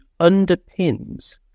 underpins